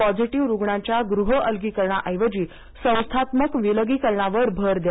positive रुग्णांच्या गृह अलगीकरणा ऐवजी संस्थात्मक विलगीकरणावर भर द्या